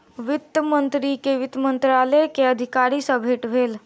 वित्त मंत्री के वित्त मंत्रालय के अधिकारी सॅ भेट भेल